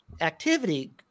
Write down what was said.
activity